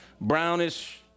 brownish